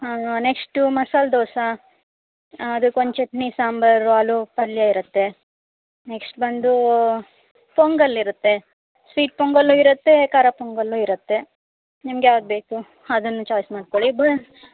ಆ ನೆಕ್ಸ್ಟ್ ಮಸಾಲೆ ದೋಸಾ ಅದಕ್ಕೊಂದು ಚಟ್ನಿ ಸಾಂಬರು ಆಲೂ ಪಲ್ಯ ಇರತ್ತೆ ನೆಕ್ಸ್ಟ್ ಬಂದು ಪೊಂಗಲ್ಲು ಇರುತ್ತೆ ಸ್ವೀಟ್ ಪೊಂಗಲ್ಲು ಇರುತ್ತೆ ಖಾರ ಪೊಂಗಲ್ಲು ಇರುತ್ತೆ ನಿಮ್ಗೆ ಯಾವ್ದು ಬೇಕು ಹಾಂ ಅದನ್ನ ಚಾಯ್ಸ್ ಮಾಡ್ಕೊಳಿ ಬ